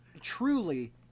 Truly